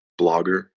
blogger